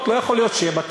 לא יכול להיות שבתי-ספר,